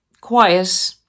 quiet